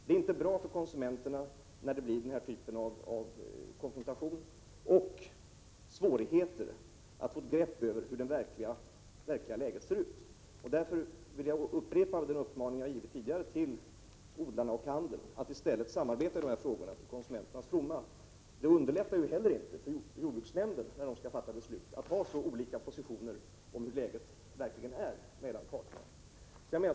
Det är inte bra för konsumenterna när det uppstår den här typen av konfrontation och svårigheter att få grepp över hur det verkliga läget ser ut. Därför vill jag upprepa den maning jag har givit till odlarna och handeln, att i stället samarbeta till konsumenternas fromma. Det underlättar ju inte heller för jordbruksnämnden när den skall fatta beslut att parterna har så olika positioner i fråga om hur läget verkligen ser ut.